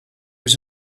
was